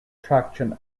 traction